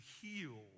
heal